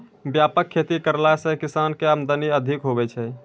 व्यापक खेती करला से किसान के आमदनी अधिक हुवै छै